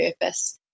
purpose